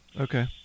okay